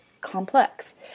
complex